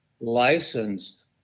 licensed